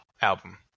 album